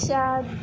شاد